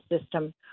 system